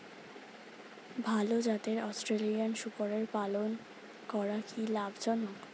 ভাল জাতের অস্ট্রেলিয়ান শূকরের পালন করা কী লাভ জনক?